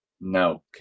No